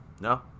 no